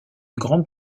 grande